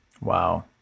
Wow